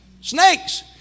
Snakes